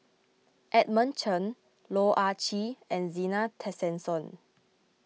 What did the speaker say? Edmund Chen Loh Ah Chee and Zena Tessensohn